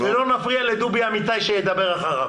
ולא נפריע לדובי אמיתי שידבר אחריו.